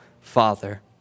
Father